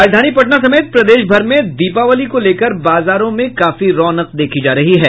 राजधानी पटना समेत प्रदेशभर में दीपावली को लेकर बाजारों में काफी रौनक देखी जा रही है